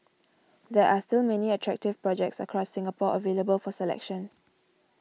there are still many attractive projects across Singapore available for selection